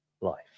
life